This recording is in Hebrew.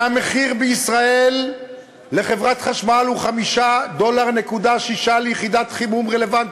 והמחיר בישראל לחברת חשמל הוא 5.6 דולר ליחידת חימום רלוונטית,